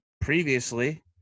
previously